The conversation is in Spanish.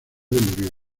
murió